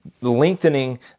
lengthening